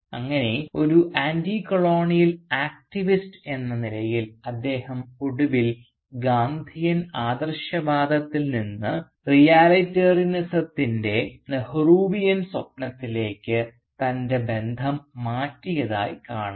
അങ്ങനെ ഒരു anticolonial activist എന്ന നിലയിൽ അദ്ദേഹം ഒടുവിൽ ഗാന്ധിയൻ ആദർശവാദത്തിൽ നിന്ന് റിയാലിറ്റേറിയനിസത്തിൻറെ നെഹ്റുവിയൻ സ്വപ്നത്തിലേക്ക് തൻറെ ബന്ധം മാറ്റിയതായി കാണുന്നു